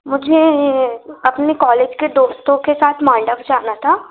मुझे अपने कॉलेज के दोस्तों के साथ जाना था